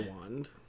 wand